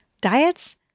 diets